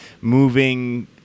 moving